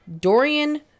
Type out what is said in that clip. Dorian